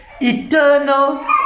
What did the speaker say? eternal